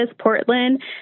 Portland